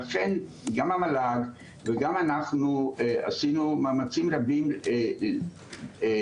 לכן גם המל"ג וגם אנחנו עשינו מאמצים רבים לכתוב